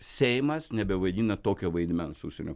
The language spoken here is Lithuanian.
seimas nebevaidina tokio vaidmens užsienio